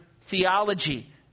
theology